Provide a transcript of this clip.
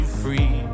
free